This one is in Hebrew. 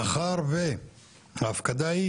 מאחר וההפקדה היא